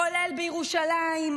כולל בירושלים,